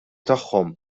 tagħhom